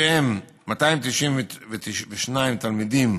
שבהם 292 תלמידים